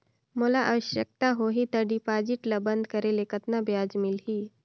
मोला आवश्यकता होही त डिपॉजिट ल बंद करे ले कतना ब्याज मिलही?